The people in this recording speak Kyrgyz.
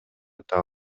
таап